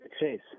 chase